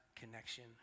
connection